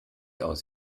aus